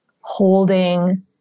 holding